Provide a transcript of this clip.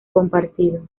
compartido